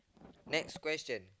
next question